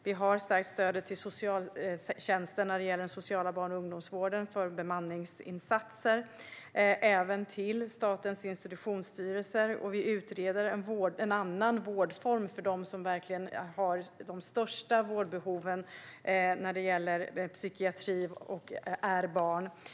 Vi har stärkt stödet till socialtjänsten för bemanningsinsatser när det gäller den sociala barn och ungdomsvården, och även till Statens institutionsstyrelse. Vi utreder en annan vårdform för de barn som har de största vårdbehoven när det gäller psykiatri.